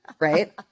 Right